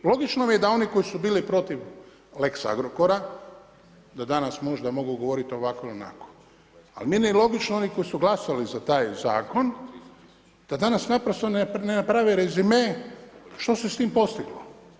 I logično mi je da oni koji su bili protiv lex-Agrokora, da danas možda mogu govoriti ovako ili onako, ali meni je logično oni koji su glasali za taj zakon, da danas naprosto ne naprave rezime što se s tim postiglo.